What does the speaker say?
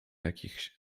jakichś